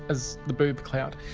as the boob cloud.